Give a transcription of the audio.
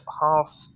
half